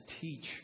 teach